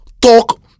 talk